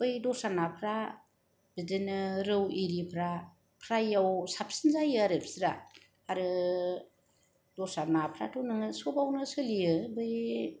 बै दस्रा नाफ्रा बिदिनो रौ आरिफ्रा फ्रायाव साबसिन जायो आरो बिस्रा आरो दस्रा नाफ्राथ' सबआवनो सोलियो बै